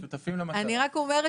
אני רק אומרת